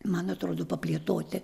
man atrodo paplėtoti